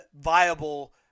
viable